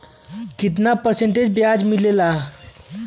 कितना परसेंट ब्याज मिलेला?